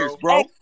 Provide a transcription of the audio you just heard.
bro